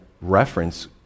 reference